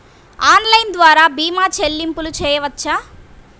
Online ద్వార భీమా చెల్లింపులు చేయవచ్చా?